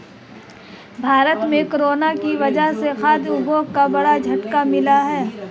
भारत में कोरोना की वजह से खाघ उद्योग को बड़ा झटका मिला है